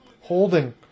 holding